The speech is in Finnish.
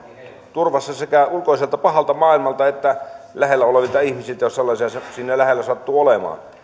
turvassa sekä ulkoiselta pahalta maailmalta että lähellä olevilta ihmisiltä jos sellaisia siinä lähellä sattuu olemaan